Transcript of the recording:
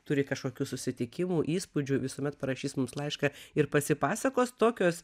turi kažkokių susitikimų įspūdžių visuomet parašys mums laišką ir pasipasakos tokios